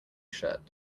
shirt